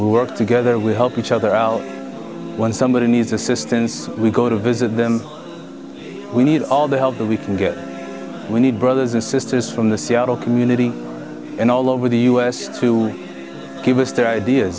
work together we help each other out when somebody needs assistance we go to visit them we need all the help we can get we need brothers and sisters from the seattle community and all over the u s to give us their ideas